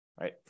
right